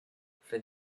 for